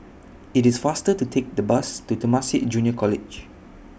IT IS faster to Take The Bus to Temasek Junior College